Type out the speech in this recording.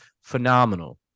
phenomenal